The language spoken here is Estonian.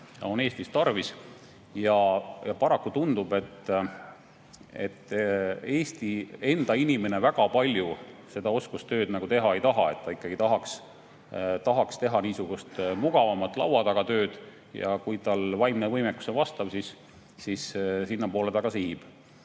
on Eestis tarvis. Paraku tundub, et Eesti enda inimene väga palju seda oskustööd teha ei taha. Ta ikkagi tahaks teha niisugust mugavamat laua taga tööd ja kui tal vaimne võimekus on vastav, siis sinnapoole ta ka sihib.